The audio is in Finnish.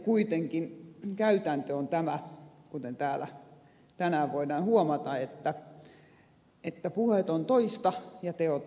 kuitenkin käytäntö on tämä kuten täällä tänään voidaan huomata että puheet ovat toista ja teot ovat toista